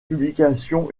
publication